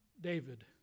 David